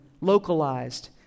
localized